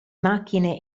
macchine